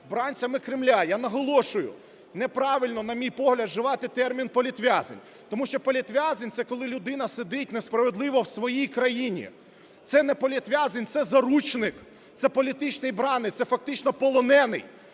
бранцями Кремля, я наголошую, неправильно, на мій погляд, вживати термін "політв'язень". Тому що політв'язень – це коли людина сидить несправедливо в своїй країні. Це не політв'язень, це заручник, це політичний бранець, це фактично полонений